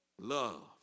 Love